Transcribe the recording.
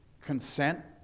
consent